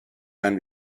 can